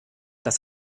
das